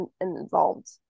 involved